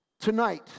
tonight